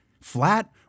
Flat